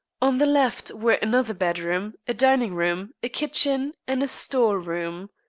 on the left were another bedroom, a dining-room, a kitchen, and a store-room.